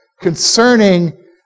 concerning